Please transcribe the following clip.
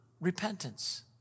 Repentance